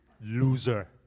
loser